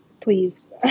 please